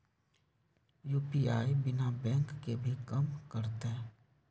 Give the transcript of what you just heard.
UPI बिना bank के भी कम करतै?